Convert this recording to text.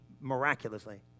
miraculously